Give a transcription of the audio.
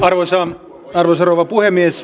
arvoisa rouva puhemies